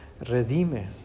redime